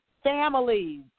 families